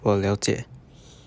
我了解